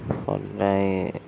সদায়ে